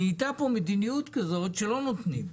נהייתה פה מדיניות כזאת שלא נותנים,